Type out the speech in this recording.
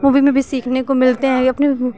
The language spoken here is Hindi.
मूवी में भी सीखने को मिलती हैं